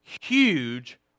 huge